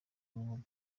rubuga